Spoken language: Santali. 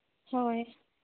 ᱦᱳᱭ